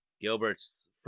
Gilbert's